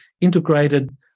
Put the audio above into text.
integrated